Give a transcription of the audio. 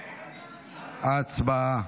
הצבעה.